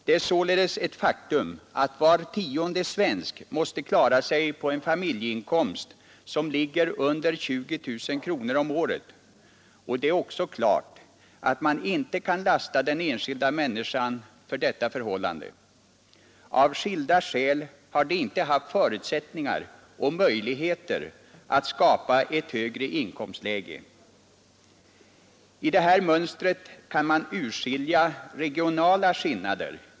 Det är således ett faktum att var tionde svensk måste klara sig på en familjeinkomst som ligger under 20 000 kronor om året, och det är också klart att man inte kan lasta de enskilda människorna för detta förhållande. Av skilda skäl har de inte haft förutsättningar och möjligheter att skapa ett högre inkomstläge. I detta mönster kan man urskilja regionala skillnader.